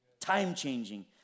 time-changing